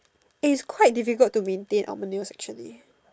eh is quite difficult to maintain our nails actually